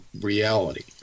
reality